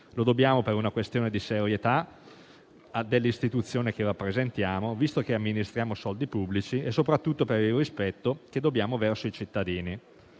Dobbiamo farlo per una questione di serietà dell'istituzione che rappresentiamo, visto che amministriamo soldi pubblici e soprattutto per il rispetto che dobbiamo ai cittadini.